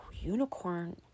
unicorn